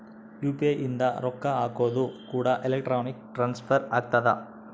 UPI ಇಂದ ರೊಕ್ಕ ಹಕೋದು ಕೂಡ ಎಲೆಕ್ಟ್ರಾನಿಕ್ ಟ್ರಾನ್ಸ್ಫರ್ ಆಗ್ತದ